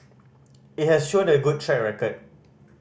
it has shown a good track record